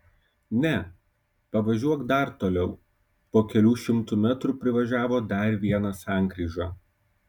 ne pavažiuok dar toliau po kelių šimtų metrų privažiavo dar vieną sankryžą